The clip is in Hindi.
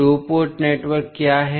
टू पोर्ट नेटवर्क क्या है